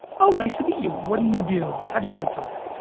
oh nice to meet you, what do you do? how do you answer that?